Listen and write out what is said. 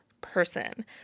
person